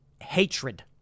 hatred